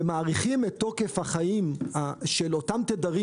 ומאריכים את תוקף החיים של אותם תדרים